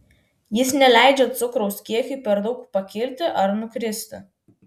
jis neleidžia cukraus kiekiui per daug pakilti ar nukristi